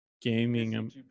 gaming